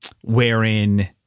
wherein